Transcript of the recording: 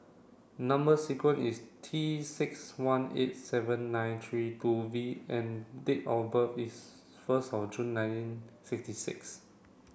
number sequence is T six one eight seven nine three two V and date of birth is first of June nineteen sixty six